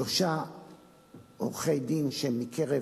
שלושה עורכי-דין שהם מקרב